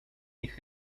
wierni